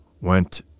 went